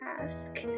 ask